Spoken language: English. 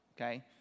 okay